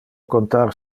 contar